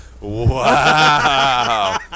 wow